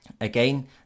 again